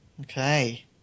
Okay